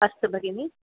अस्तु भगिनि